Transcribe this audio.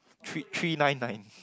three three nine nine